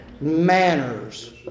Manners